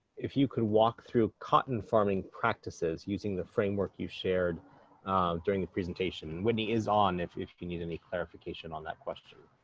if you could walk through cotton farming practices using the framework you've shared during the presentation and whitney is on if if you need any clarification on that question.